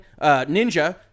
Ninja